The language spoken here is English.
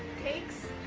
cakes?